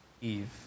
eve